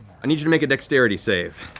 i need you to make a dexterity save.